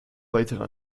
weitere